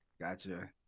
gotcha